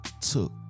took